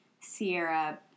Sierra